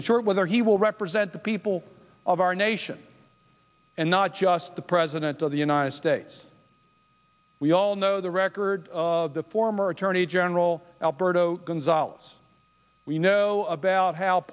in short whether he will represent the people of our nation and not just the president of the united states we all know the record of the former attorney general alberto gonzales we know about how